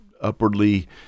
upwardly